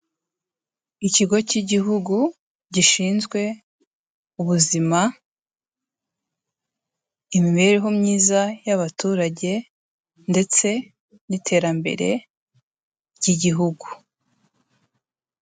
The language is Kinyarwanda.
Ikigo cy'Igihugu gishinzwe ubuzima, imibereho myiza y'abaturage ndetse n'iterambere ry'Igihugu.